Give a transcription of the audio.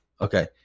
Okay